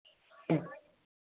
ह्म्म